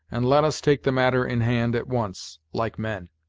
and let us take the matter in hand at once, like men.